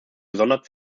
gesondert